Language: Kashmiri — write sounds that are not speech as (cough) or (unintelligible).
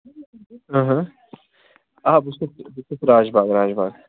آ بہٕ (unintelligible) راج باغ راج باغ